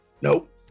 Nope